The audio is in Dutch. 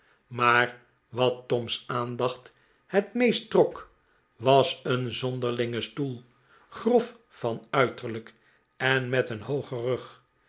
maar wat toms aandacht het meest trok was een zonderlinge stoel grof van uiterlijk en met een hoogen rug